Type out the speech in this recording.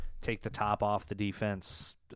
take-the-top-off-the-defense